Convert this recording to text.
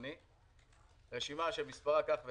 כמוני, מביא רשימה שמספרה כך וכך,